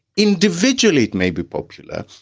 individually, it may be popular,